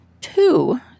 two